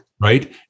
right